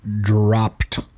dropped